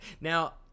now